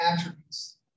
attributes